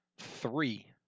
three